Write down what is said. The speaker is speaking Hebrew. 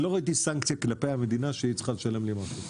אני לא מביא סנקציה כלפי המדינה שהיא צריכה לשלם לי,